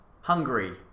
hungary